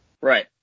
Right